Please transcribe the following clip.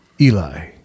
Eli